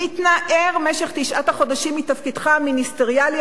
מתנער במשך תשעת החודשים מתפקידך המיניסטריאלי